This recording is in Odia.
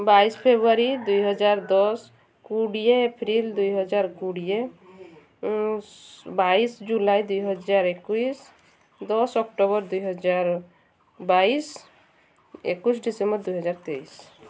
ବାଇଶ ଫେବୃଆରୀ ଦୁଇହଜାର ଦଶ କୋଡ଼ିଏ ଏପ୍ରିଲ ଦୁଇହଜାର କୋଡ଼ିଏ ବାଇଶ ଜୁଲାଇ ଦୁଇହଜାର ଏକୋଇଶ ଦଶ ଅକ୍ଟୋବର ଦୁଇହଜାର ବାଇଶ ଏକୋଇଶ ଡିସେମ୍ବର ଦୁଇହଜାର ତେଇଶ